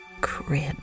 crib